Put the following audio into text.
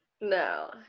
No